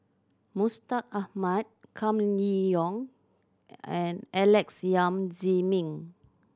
Mustaq Ahmad Kam Kee Yong and Alex Yam Ziming